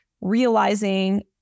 realizing